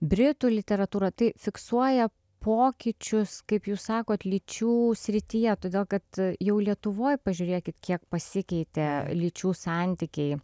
britų literatūrą tai fiksuoja pokyčius kaip jūs sakot lyčių srityje todėl kad jau lietuvoj pažiūrėkit kiek pasikeitė lyčių santykiai